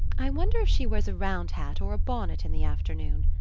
i wonder if she wears a round hat or a bonnet in the afternoon,